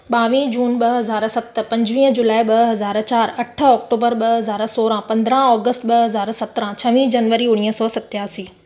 ॿावीह जून ॿ हज़ार सत पंजवीह जुलाई ॿ हज़ार चारि अठ अक्टूबर ॿ हज़ार सोरहं पंद्राहं ऑगस्त ॿ हज़ार सत्रहं छवीह जनवरी उणिवीह सौ सतासी